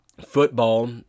football